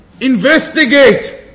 investigate